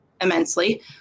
immensely